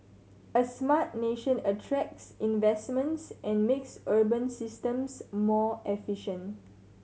a smart nation attracts investments and makes urban systems more efficient